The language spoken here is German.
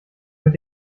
mit